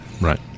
right